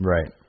Right